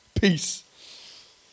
Peace